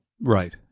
Right